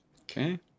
Okay